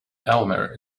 elmer